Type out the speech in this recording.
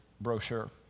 brochure